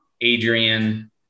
Adrian